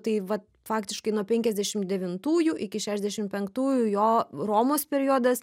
tai vat faktiškai nuo penkiasdešimt devintųjų iki šešiasdešimt penktųjų jo romos periodas